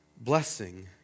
blessing